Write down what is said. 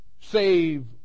save